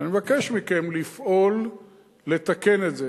ואני מבקש מכם לפעול לתקן את זה.